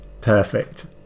perfect